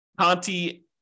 Conti